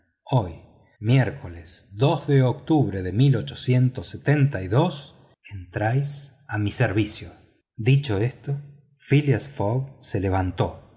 miércoles de octubre de en trais a mi servicio dicho esto phileas fogg se levantó